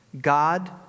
God